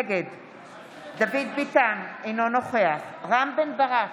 נגד דוד ביטן, אינו נוכח רם בן ברק,